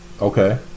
Okay